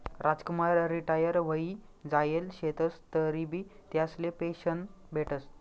Ramkumar retire व्हयी जायेल शेतंस तरीबी त्यासले पेंशन भेटस